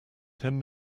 ten